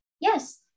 Yes